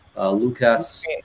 Lucas